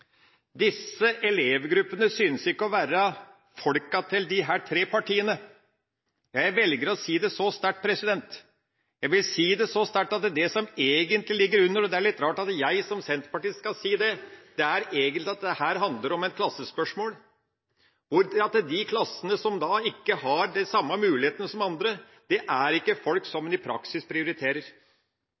Disse elevgruppene synes ikke å være folka til disse tre partiene; jeg velger å si det så sterk. Jeg vil si det så sterkt at det som egentlig ligger under, og det er litt rart at jeg som senterpartist skal si det, er at her handler det om et klassespørsmål, hvor de klassene som ikke har de samme mulighetene som andre, ikke er folk en i praksis prioriterer.